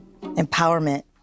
Empowerment